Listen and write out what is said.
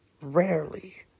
rarely